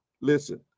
listen